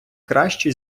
краще